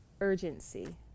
urgency